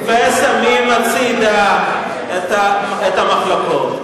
ושמים הצדה את המחלוקות.